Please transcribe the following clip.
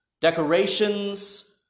Decorations